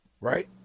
right